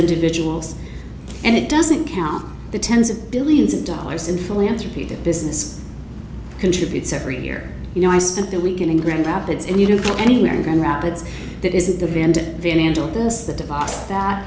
individuals and it doesn't count the tens of billions of dollars in philanthropy that business contributes every year you know i spent the weekend in grand rapids and you don't get anywhere in grand rapids that isn't the